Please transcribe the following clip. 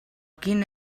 quin